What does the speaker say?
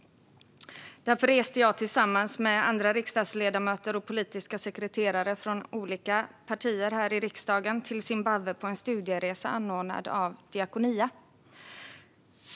Därför reste jag tillsammans med andra riksdagsledamöter och politiska sekreterare från olika partier här i riksdagen till Zimbabwe på en studieresa anordnad av Diakonia.